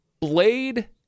Blade